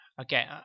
Okay